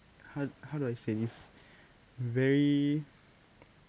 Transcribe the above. how how do I say this very